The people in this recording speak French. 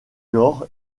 nord